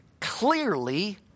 clearly